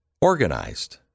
organized